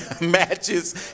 matches